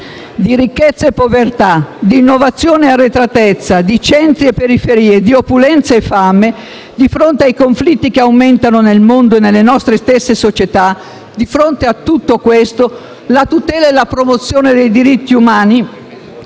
di ricchezza e povertà, di innovazione e arretratezza, di centri e periferie, di opulenza e fame, di fronte ai conflitti che aumentano nel mondo e nelle nostre stesse società, di fronte a tutto questo la tutela e la promozione dei diritti umani